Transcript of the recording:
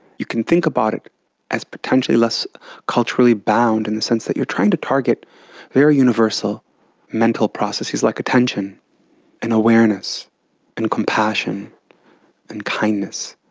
you can think about it as potentially less culturally bound in the sense that you're trying to target very universal mental processes like attention and awareness and compassion and kindness,